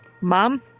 Mom